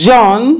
John